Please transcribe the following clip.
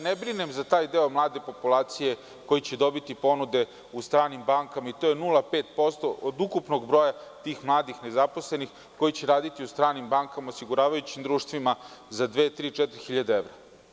Ne brinem ja za taj deo mlade populacije koji će dobiti ponude u stranim bankama, jer je to 0,5% od ukupnog broja tih mladih, nezaposlenih, koji će raditi u stranim bankama, osiguravajućim društvima, za dve, tri, četiri hiljade evra.